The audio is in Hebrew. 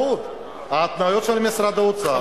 ההתניות של משרד האוצר.